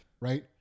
Right